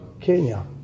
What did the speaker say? Kenya